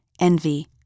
envy